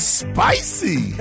spicy